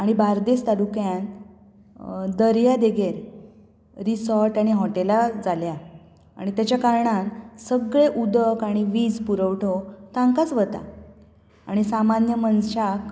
आनी बार्देज तालुक्यांत दर्यादेगेर रिसोर्ट आनी हॉटेलां जाल्यांत आनी ताचे कारणान सगळें उदक आनी वीज पुरवण तांकांच वता आनी सामान्य मनशाक